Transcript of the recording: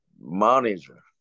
manager